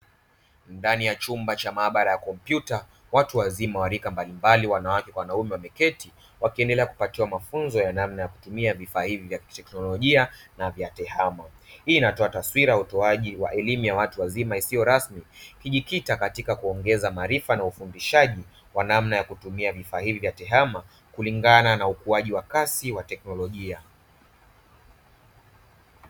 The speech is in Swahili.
Ndani ya chumba cha maabara ya kompyuta watu wazima wa rika mbalimbali wanawake kwa wanaume wameketi wakiendelea kupatiwa mafunzo ya namna ya kutumia vifaa hivi vya kiteknolojia na vya tehama. Hii inatoa taswira ya utoaji wa elimu ya watu wazima isiyo rasmi ikijikita katika kuongeza maarifa na ufundishaji kwa namna ya kutumia vifaa hivi vya tehama kulingana na ukuaji wa kasi wa teknolojia.